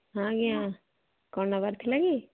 ହଁ ଆଜ୍ଞା କ'ଣ ନେବାର ଥିଲା କି